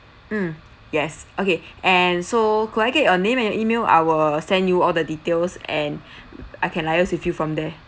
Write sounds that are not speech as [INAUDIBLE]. mm yes okay and so could I get your name and your email I will send you all the details and [BREATH] I can liaise with you from there